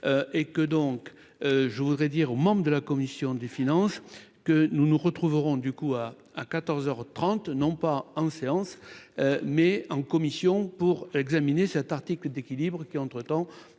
je voudrais dire aux membres de la commission des finances que nous nous retrouverons du coup à à quatorze heures trente non pas en séance mais en commission pour examiner cet article d'équilibre qui entre temps